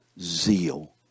zeal